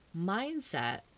mindset